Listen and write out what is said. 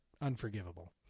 unforgivable